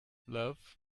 love